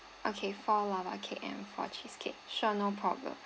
okay four lava cake and four cheesecake sure no problem